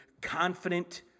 confident